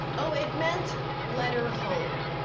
oh, it meant letter home.